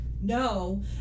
no